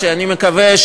אני מקווה,